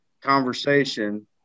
conversation